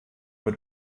mit